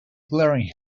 glaringly